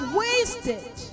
wasted